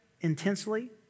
intensely